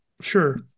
Sure